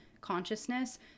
consciousness